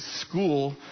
school